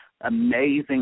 amazing